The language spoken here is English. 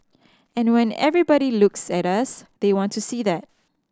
and when everybody looks at us they want to see that